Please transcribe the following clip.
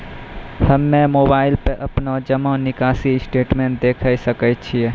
हम्मय मोबाइल पर अपनो जमा निकासी स्टेटमेंट देखय सकय छियै?